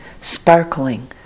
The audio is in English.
sparkling